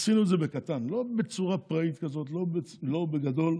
עשינו את זה בקטן, לא בצורה פראית כזאת, לא בגדול.